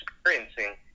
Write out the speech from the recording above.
experiencing